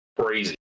Crazy